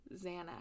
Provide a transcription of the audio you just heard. Xanax